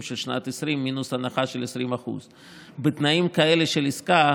של שנת 2020 מינוס הנחה של 20%. בתנאים כאלה של עסקה,